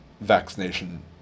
vaccination